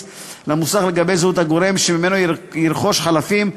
למוסך לגבי זהות הגורם שממנו ירכוש חלפים,